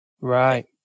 Right